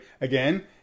Again